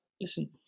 listen